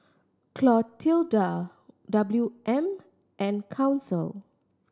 Clotilda W M and Council